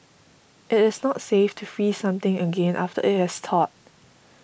it is not safe to freeze something again after it has thawed